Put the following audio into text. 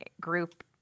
group